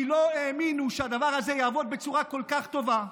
כי לא האמינו שהדבר הזה יעבוד בצורה כל כך טובה.